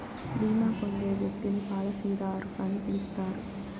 బీమా పొందే వ్యక్తిని పాలసీదారు అని పిలుస్తారు